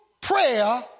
prayer